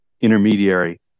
intermediary